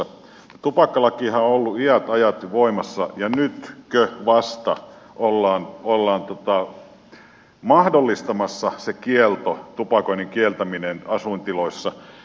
tupakkalakihan on ollut iät ajat jo voimassa ja nytkö vasta ollaan mahdollistamassa se kielto tupakoinnin kieltäminen asuintiloissa